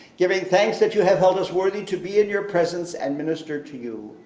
giving thanks that you have held us worthy to be in your presence and minister to you.